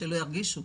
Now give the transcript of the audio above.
שלא ירגישו.